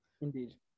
Indeed